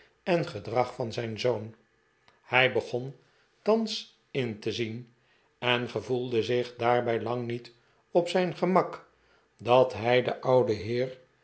en gedrag van zijn zoon hij begon thans in te zien en gevoelde zich daarbij lang niet op zijn gemak dat hij den ouden heer